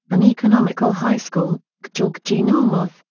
an economical high school gjorgji naumov,